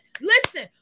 Listen